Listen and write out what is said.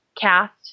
cast